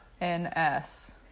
N-S